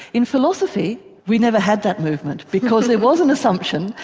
in philosophy we never had that movement because there was an assumption,